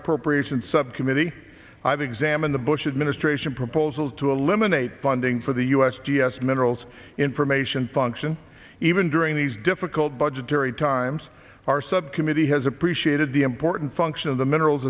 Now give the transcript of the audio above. appropriations subcommittee i've examined the bush administration proposals to eliminate funding for the u s g s minerals information function even during these difficult budgetary times our subcommittee has appreciated the important function of the minerals